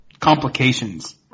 complications